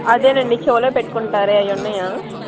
అదే నండి చెవులో పెట్టుకుంటారే అవి ఉన్నాయా